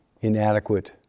inadequate